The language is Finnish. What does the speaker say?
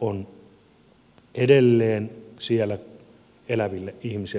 on edelleen siellä eläville ihmisille oma taakkansa